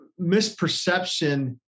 misperception